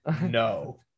no